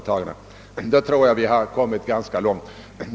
Då tror jag vi har kommit ganska långt.